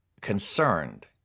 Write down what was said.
concerned